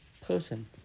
person